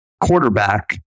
quarterback